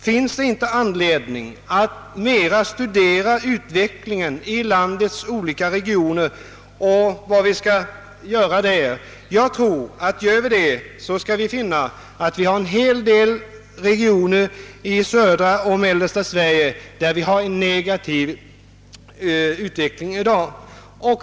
Finns det inte anledning att närmare studera utvecklingen i landets olika regioner och undersöka vad vi bör göra där? Jag tror att vi i så fall skall finna att det finns en hel del regioner i södra och mellersta Sverige, som i dag har en negativ utveckling.